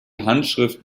handschrift